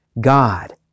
God